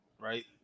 right